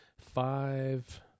five